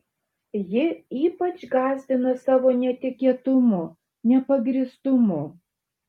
ji ypač gąsdino savo netikėtumu nepagrįstumu